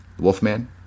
Wolfman